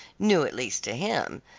new at least to him,